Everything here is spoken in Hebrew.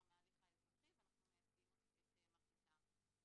מההליך האזרחי ואנחנו מייצגים את מרביתם.